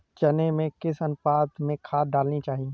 चने में किस अनुपात में खाद डालनी चाहिए?